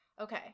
Okay